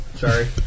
Sorry